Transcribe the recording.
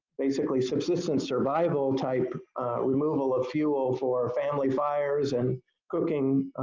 basically subsistence survival type removal of fuel for family fires, and cooking,